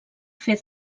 fer